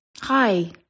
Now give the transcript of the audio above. hi